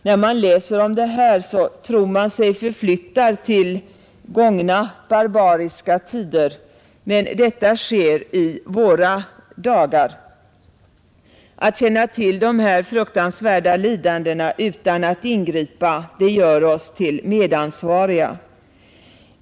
När man läser om detta tror man sig förflyttad till gångna barbariska tider, men det sker i våra dagar. Att känna till dessa fruktansvärda lidanden utan att ingripa gör oss till medansvariga.